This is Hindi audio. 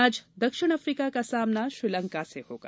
आज दक्षिण अफ्रीका का सामना श्रीलंका से होगा